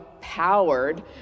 powered